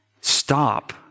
Stop